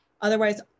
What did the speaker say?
Otherwise